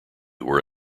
were